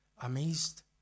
amazed